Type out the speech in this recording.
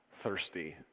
thirsty